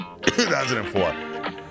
2004